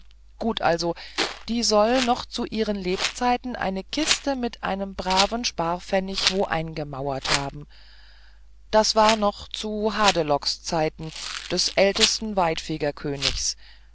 gut also die soll noch zu ihren lebzeiten eine kiste mit einem braven sparpfennig wo eingemauert haben das war noch zu hadelocks zeiten des